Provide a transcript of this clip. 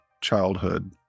childhood